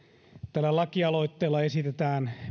tällä lakialoitteella esitetään